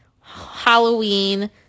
Halloween